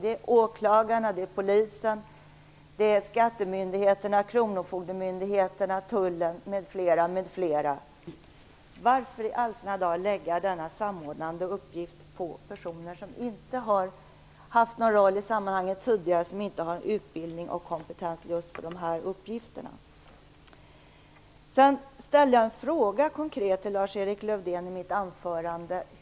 Det är åklagarna, polisen, skattemyndigheterna, kronofogdemyndigheterna, tullen m.fl. Varför i all sin dar lägga denna samordnande uppgift på personer som inte har haft någon roll i sammanhanget tidigare, som inte har utbildning och kompetens för just dessa uppgifter? Jag ställde konkreta frågor till Lars-Erik Lövdén i mitt anförande.